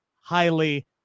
highly